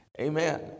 Amen